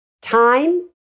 time